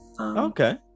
Okay